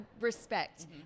respect